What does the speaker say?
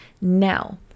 Now